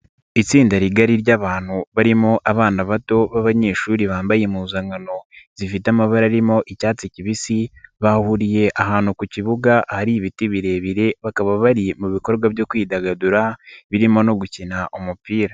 Itsinda rigari ry'abantu barimo abana bato b'abanyeshuri bambaye impuzankano zifite amabara arimo icyatsi kibisi, bahuriye ahantu ku kibuga ahari ibiti birebire bakaba bari mu bikorwa byo kwidagadura birimo no gukina umupira.